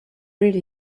really